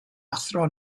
athro